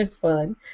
fun